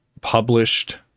published